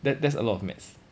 that that's a lot of maths